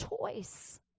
choice